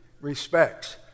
respects